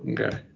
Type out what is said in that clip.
okay